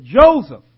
Joseph